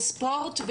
ספורט,